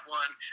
one